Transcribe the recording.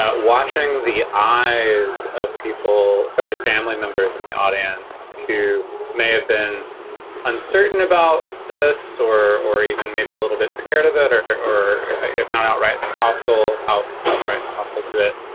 watching the eyes of people, especially family members in the audience who may have been uncertain about this or or even maybe a little bit scared of it, or or if not outright hostile out, outright hostile to it,